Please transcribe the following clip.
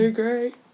great